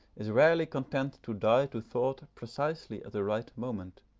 is rarely content to die to thought precisely at the right moment,